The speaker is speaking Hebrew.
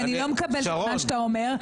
ואני לא מקבלת את מה שאתה אומר,